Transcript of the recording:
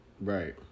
Right